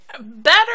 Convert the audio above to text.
Better